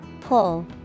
Pull